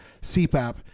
CPAP